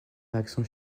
réaction